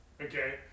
Okay